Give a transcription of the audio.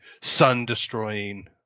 sun-destroying